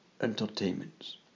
entertainments